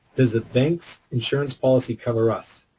does the bank's insurance policy cover us?